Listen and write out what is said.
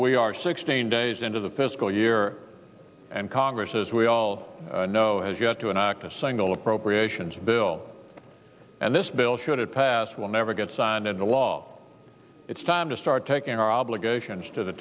we are sixteen days into the fiscal year and congress as we all know has got to an act a single appropriations bill and this bill should have passed will never get signed into law it's time to start taking our obligations to the